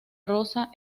rosa